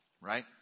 right